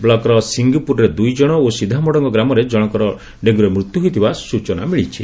ବ୍ଲକ୍ର ସିଙ୍ଗିପୁରରେ ଦୁଇ ଜଶ ଓ ସିଧାମତଙ୍ଗ ଗ୍ରାମରେ ଜଣଙ୍କର ଡେଭ୍ଗୁରେ ମୃତ୍ୟୁ ହୋଇଥିବା ସୂଚନା ମିଳିଛି